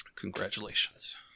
congratulations